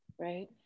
right